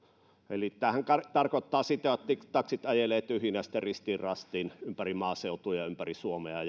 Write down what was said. tämähän tarkoittaa sitä että taksit ajelevat tyhjinä ristiin rastiin ympäri maaseutua ja ympäri suomea